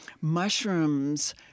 mushrooms